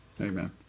Amen